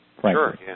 Sure